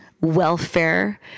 welfare